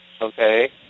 okay